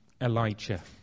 Elijah